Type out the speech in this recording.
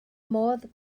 modd